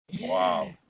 Wow